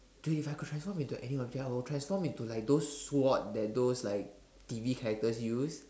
dude if I could transform into any object I would transfer into like those sword that those like T_V characters use